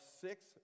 six